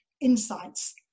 insights